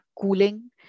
cooling